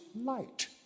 light